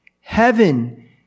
Heaven